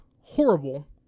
horrible